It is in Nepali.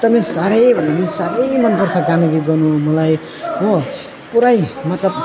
एकदमै साह्रै भन्दा पनि साह्रै मनपर्छ गाना गीत गाउनु मलाई हो पुरै मतलब